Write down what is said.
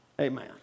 Amen